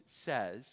says